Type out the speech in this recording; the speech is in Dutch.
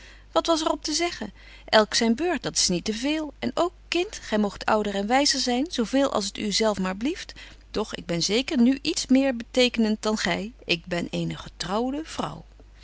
wat was er op te zeggen elk zyn beurt dat's niet te veel en ook kind gy moogt ouder en wyzer zyn zo veel als het u zelf maar blieft doch ik ben zeker nu iets meer betekenent dan gy ik ben eene getrouwde vrouw